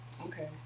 Okay